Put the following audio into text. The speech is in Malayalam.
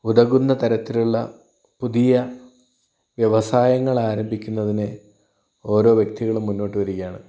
ഉതകുന്ന തരത്തിലുള്ള പുതിയ വ്യവസായങ്ങൾ ആരംഭിക്കുന്നതിന് ഓരോ വ്യക്തികളും മുന്നോട്ട് വരികയാണ്